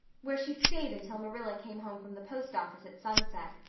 where she stayed until marilla came home from the post office at sunset,